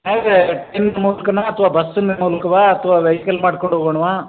ಹಾಗೆ ಟ್ರೈನಿನ ಮೂಲಕನ ಅಥ್ವಾ ಬಸ್ಸಿನ ಮೂಲಕವ ಅಥ್ವಾ ವೈಕಲ್ ಮಾಡ್ಕೊಂಡು ಹೋಗೋಣ್ವಾ